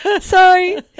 Sorry